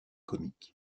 comics